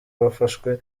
bafashwe